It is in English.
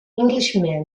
englishman